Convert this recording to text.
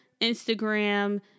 Instagram